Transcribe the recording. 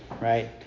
right